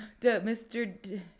mr